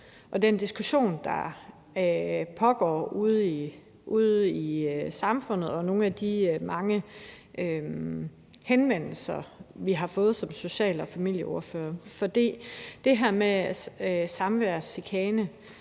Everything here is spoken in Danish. den diskussion, der pågår ude i samfundet, og nogle af de mange henvendelser, vi har fået som social- og familieordførere. For i forhold til det her med samværschikane